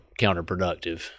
counterproductive